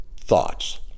thoughts